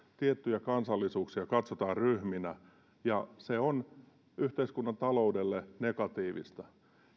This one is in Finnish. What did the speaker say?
tiettyjä kansallisuuksia katsotaan ryhminä se on yhteiskunnan taloudelle negatiivista